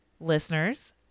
listeners